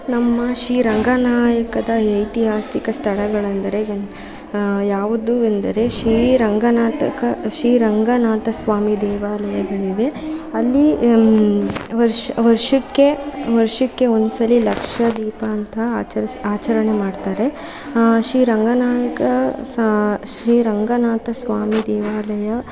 ನಮ್ಮ ಶ್ರೀ ರಂಗನಾಯಕದ ಐತಿಹಾಸಿಕ ಸ್ಥಳಗಳಂದರೆ ಯಾವುದು ಎಂದರೆ ಶ್ರೀ ರಂಗನಾಥ ಶ್ರೀ ರಂಗನಾಥ ಸ್ವಾಮಿ ದೇವಾಲಯಗಳಿವೆ ಅಲ್ಲಿ ವರ್ಷಕ್ಕೆ ವರ್ಷಕ್ಕೆ ಒಂದು ಸಲ ಲಕ್ಷದೀಪ ಅಂತ ಆಚರಿಸು ಆಚರಣೆ ಮಾಡ್ತಾರೆ ಶ್ರೀ ರಂಗನಾಯಕ ಶ್ರೀ ರಂಗನಾಥ ಸ್ವಾಮಿ ದೇವಾಲಯ